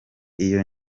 iyo